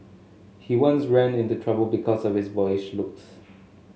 he once ran into trouble because of his boyish looks